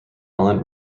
ellen